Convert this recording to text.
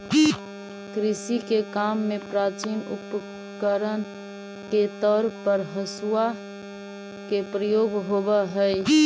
कृषि के काम में प्राचीन उपकरण के तौर पर हँसुआ के प्रयोग होवऽ हई